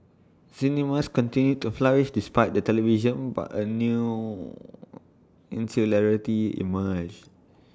cinemas continued to flourish despite the television but A new insularity emerged